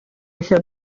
lle